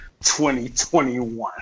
2021